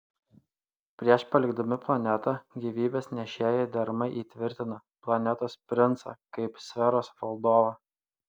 prieš palikdami planetą gyvybės nešėjai deramai įtvirtina planetos princą kaip sferos valdovą